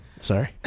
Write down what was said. sorry